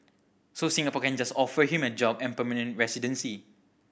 so Singapore can just offer him a job and permanent residency